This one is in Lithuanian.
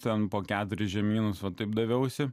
ten po keturis žemynus o taip daviausi